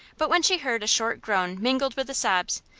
but when she heard a short groan mingled with the sobs,